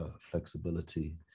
flexibility